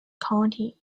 county